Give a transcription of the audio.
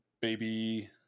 baby